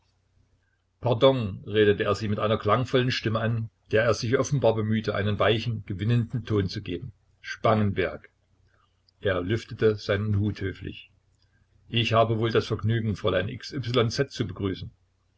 pardon redete er sie mit einer klangvollen stimme an der er sich offenbar bemühte einen weichen gewinnenden ton zu geben spangenberg er lüftete seinen hut höflich ich habe wohl das vergnügen fräulein x y z zu begrüßen